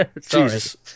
Jesus